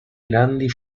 grandi